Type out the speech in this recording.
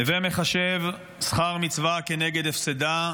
"הווי מחשב שכר מצווה כנגד הפסדה,